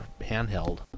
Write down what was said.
handheld